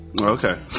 okay